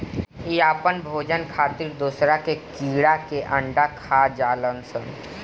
इ आपन भोजन खातिर दोसरा कीड़ा के अंडा खा जालऽ सन